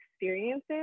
experiences